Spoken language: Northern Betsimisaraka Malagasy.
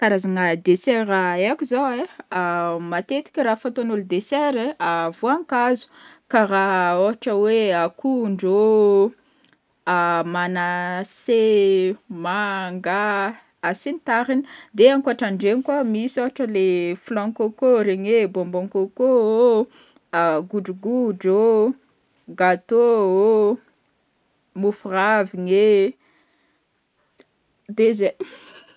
Karazagna dessert haiko zao ai, matetik raha fataon'ôlo dessert ai: voankazo karaha ohatra hoe akondro ô, manasy e, manga a sy ny tariny, de ankoatran regny koa oo de misy ohatra le flanc côcô regny ee, bonbon côcô ô, godrogodro ô, gâteau ô, môfo ravign ee, de zay.